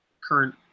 current